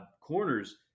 corners